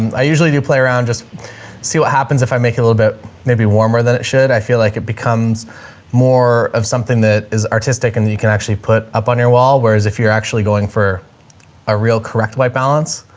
i usually do play around, just see what happens. if i make it a little bit maybe warmer than it should. i feel like it becomes more of something that is artistic and that you can actually put up on your wall. whereas if you're actually going for a real correct white balance,